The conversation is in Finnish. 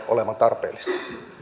olevan tarpeellista